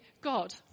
God